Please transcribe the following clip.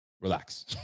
Relax